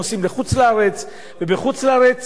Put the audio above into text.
נוסעים לחוץ-לארץ, ובחוץ-לארץ